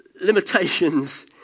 limitations